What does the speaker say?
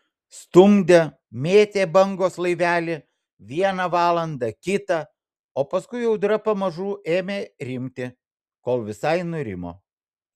stumdė mėtė bangos laivelį vieną valandą kitą o paskui audra pamažu ėmė rimti kol visai nurimo